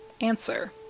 Answer